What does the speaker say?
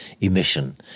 emission